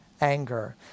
anger